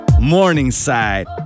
morningside